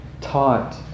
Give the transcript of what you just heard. taught